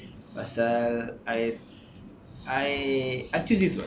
pasal I I choose this [what]